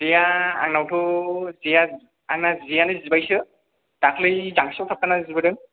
गैया आंनावथ जेया आंना जेयानो जिबाय सो दाख्लै जांसियाव थाबथाना जिबोदों